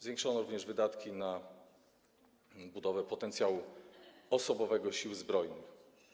Zwiększono również wydatki na budowę potencjału osobowego Sił Zbrojnych.